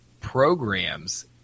programs